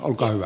olkaa hyvä